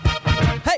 hey